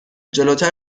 جلوتر